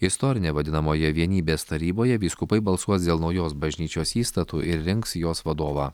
istorine vadinamoje vienybės taryboje vyskupai balsuos dėl naujos bažnyčios įstatų ir rinks jos vadovą